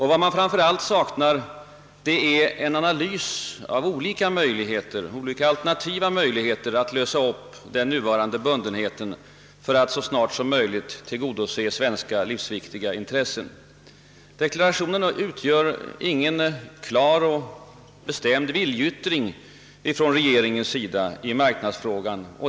Vad man framför allt saknar är en analys av alternativa möjligheter att lösa upp den nuvarande bundenheten för att så snart som möjligt tillgodose livsviktiga svenska intressen. Deklarationen utgör ingen klar och bestämd viljeyttring från regeringens sida i marknadsfrågan.